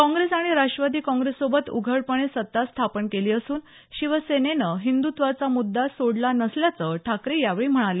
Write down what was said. काँग्रेस आणि राष्टवादी काँग्रेससोबत उघडपणे सत्ता स्थापन केली असून शिवसेनेनं हिंदुत्वाचा मुद्दा सोडला नसल्याचं ठाकरे यावेळी म्हणाले